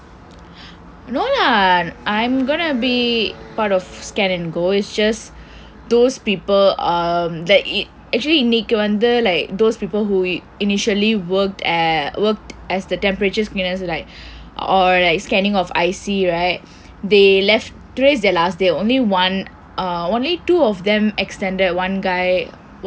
no lah I'm gonna be part of scan and go is just those people um that it actually those under like those people who initially worked at worked as the temperature screeners like or or like scanning of I_C right they left today is their last day only one only two of them extended one guy [one]